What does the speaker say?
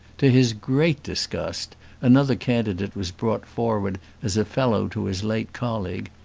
to his great disgust another candidate was brought forward as a fellow to his late colleague,